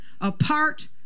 apart